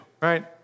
right